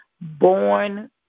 born